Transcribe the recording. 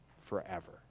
forever